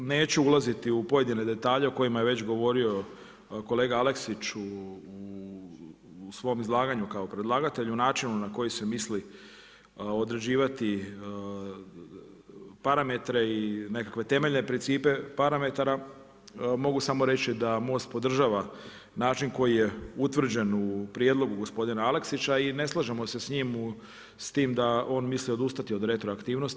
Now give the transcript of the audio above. Ja neću ulaziti u pojedine detalje o kojima je već govorio kolega Aleksić u svom izlaganju kao predlagatelj u načinu na koji se misli određivati parametre i nekakve temeljne principe parametara, mogu samo reći da Most podržava način na koji je utvrđen u prijedlogu gospodina Aleksića i ne slažemo se s tim da on misli odustati od retroaktivnosti.